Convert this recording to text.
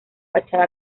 fachada